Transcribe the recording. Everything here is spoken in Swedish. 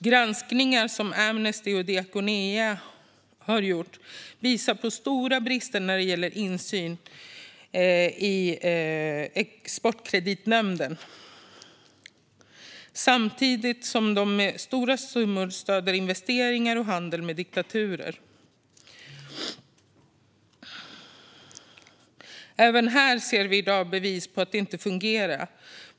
Granskningar som Amnesty och Diakonia har gjort visar på stora brister när det gäller insynen i Exportkreditnämnden, samtidigt som samma nämnd med stora summor stöder investeringar i och handel med diktaturer. Även här ser vi i dag bevis på att det inte fungerar.